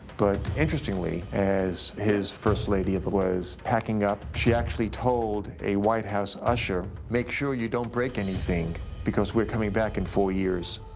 but interestingly as his first lady was packing up, she actually told a white house usher make sure you don't break anything. because we're coming back in four years.